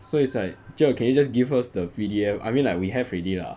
so is like cher can you just give us the P_D_F I mean like we have already lah